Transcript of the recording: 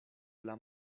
dla